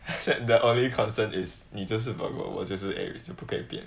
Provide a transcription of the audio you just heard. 所以 the early constant is 你就是 virgo 我就是 aries 就不会变